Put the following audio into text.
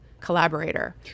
collaborator